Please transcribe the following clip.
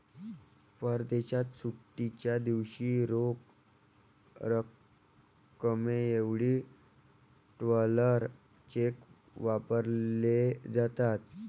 परदेशात सुट्टीच्या दिवशी रोख रकमेऐवजी ट्रॅव्हलर चेक वापरले जातात